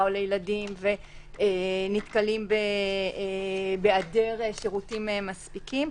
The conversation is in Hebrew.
או לילדים ונתקלים בהיעדר שירותים מספיקים,